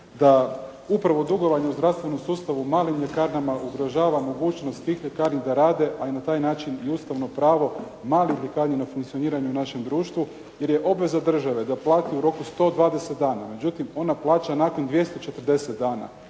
da upravo dugovanje u zdravstvenom sustavu, malim ljekarnama ugrožava mogućnost tih ljekarni da rade, a na taj način i ustavno pravo malih ljekarni da funkcioniraju u društvu, jer je obveza države da plati u roku 120 dana. Međutim, ona plaća nakon 240 dana.